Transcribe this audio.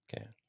okay